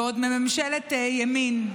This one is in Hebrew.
ועוד מממשלת ימין.